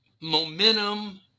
Momentum